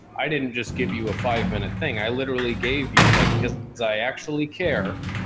i didn't just give you a five minute thing i literally gave you like, cause cause i actually care,